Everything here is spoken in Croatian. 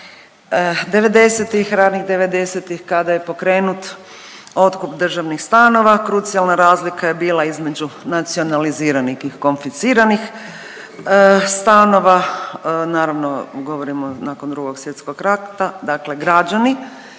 devedesetih kada je pokrenut otkup državnih stanova. Krucijalna razlika je bila između nacionaliziranih i konfisciranih stanova. Naravno govorimo nakon Drugog svjetskog rata, dakle građani